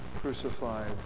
crucified